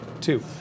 Two